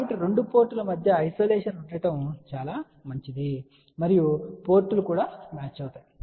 కాబట్టి 2 పోర్టుల మధ్య ఐసోలేషన్ ఉండటం చాలా మంచిది మరియు పోర్టులు కూడా మ్యాచ్ అవుతాయి